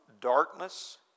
darkness